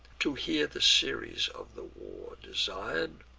to hear the series of the war desir'd.